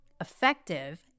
effective